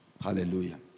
Hallelujah